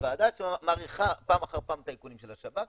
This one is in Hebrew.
ועדה שמאריכה פעם אחר פעם את האיכונים של השב"כ,